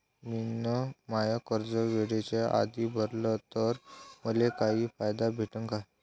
मिन माय कर्ज वेळेच्या आधी भरल तर मले काही फायदा भेटन का?